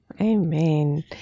Amen